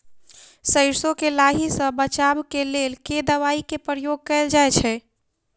सैरसो केँ लाही सऽ बचाब केँ लेल केँ दवाई केँ प्रयोग कैल जाएँ छैय?